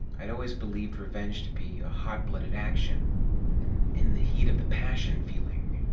i'd always believed revenge to be a hot-blooded action and in-the-heat-of-passion feeling.